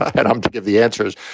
and i'm to give the answers.